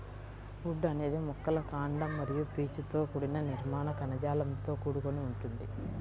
would అనేది మొక్కల కాండం మరియు పీచుతో కూడిన నిర్మాణ కణజాలంతో కూడుకొని ఉంటుంది